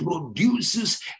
produces